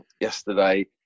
yesterday